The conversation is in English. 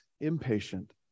impatient